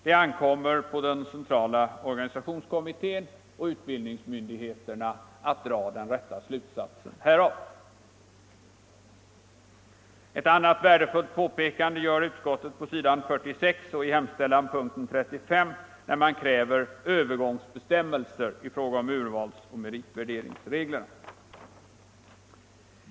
Det ankommer på den centrala organisationskommittén och utbildningsmyndigheterna att dra den rätta slutsatsen härav. Ett annat värdefullt påpekande gör utskottet på s. 46 och i punkten 35 i hemställan, där man kräver övergångsbestämmelser i fråga om urvalsoch meritvärderingsreglerna.